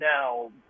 now